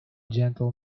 gentle